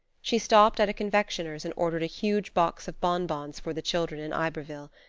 she stopped at a confectioner's and ordered a huge box of bonbons for the children in iberville.